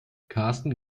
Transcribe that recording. karsten